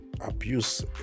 abuse